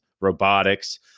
robotics